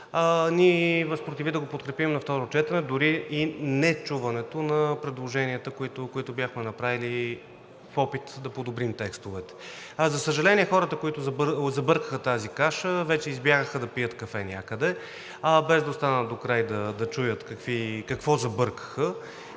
ни възпротиви да го подкрепим на второ четене, дори и нечуването на предложенията, които бяхме направили в опит да подобрим текстовете. За съжаление, хората, които забъркаха тази каша, вече избягаха да пият кафе някъде, без да останат до край да чуят какво забъркаха